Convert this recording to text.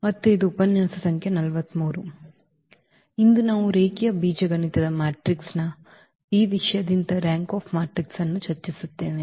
ಮತ್ತು ಇಂದು ನಾವು ರೇಖೀಯ ಬೀಜಗಣಿತದ ಮ್ಯಾಟ್ರಿಕ್ಸ್ನ ಈ ವಿಷಯದಿಂದ ರಾಂಕ್ ಆಫ್ ಮ್ಯಾಟ್ರಿಕ್ಸ್ ಅನ್ನು ಚರ್ಚಿಸುತ್ತೇವೆ